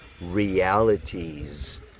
realities